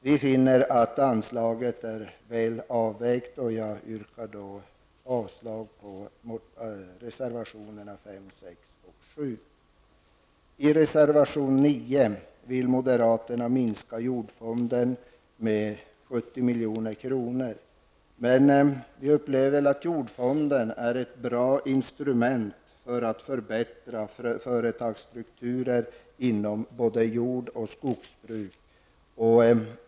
Vi finner att anslaget är väl avvägt, och jag yrkar avslag på reservationerna 5, 6 I reservation 9 vill moderaterna minska jordfonden med 70 milj.kr., men vi upplever att jordfonden är ett bra instrument för att förbättra företagsstrukturer inom både jordbruk och skogsbruk.